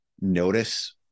notice